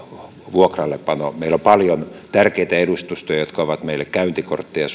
vuokrallepano meillä on paljon tärkeitä edustustoja jotka ovat meille suomen käyntikortteja ja